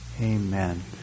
amen